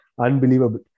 unbelievable